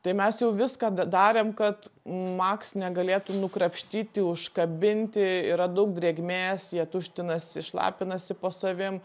tai mes jau viską da darėm kad maks negalėtų nukrapštyti užkabinti yra daug drėgmės jie tuštinasi šlapinasi po savim